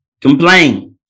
complain